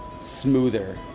smoother